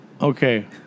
Okay